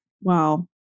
Wow